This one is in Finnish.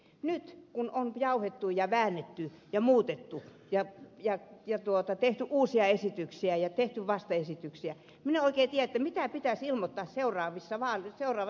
nyt kun on jauhettu ja väännetty ja muutettu ja tehty uusia esityksiä ja tehty vastaesityksiä minä en oikein tiedä mitä pitäisi ilmoittaa seuraavassa vaali ilmoituksessa